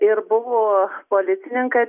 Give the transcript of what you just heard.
ir buvo policininkai